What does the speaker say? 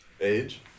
Age